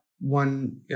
one